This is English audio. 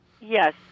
Yes